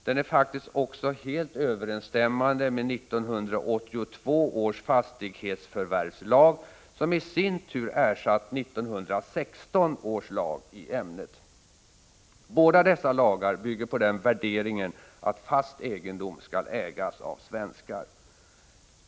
Den är faktiskt också helt överensstämmande med 1982 års fastighetsförvärvslag, som i sin tur ersatt 1916 års lag i ämnet. Båda dessa lagar bygger på den värderingen att fast egendom skall ägas av svenskar.